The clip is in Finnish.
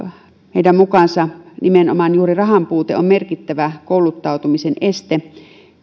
heidän mukaansa nimenomaan juuri rahanpuute on merkittävä kouluttautumisen este